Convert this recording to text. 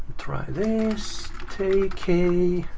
then k k